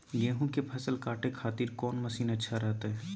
गेहूं के फसल काटे खातिर कौन मसीन अच्छा रहतय?